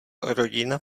rodina